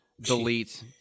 delete